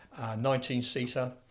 19-seater